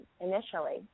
initially